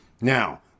Now